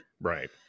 Right